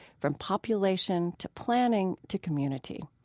from population to planning to community.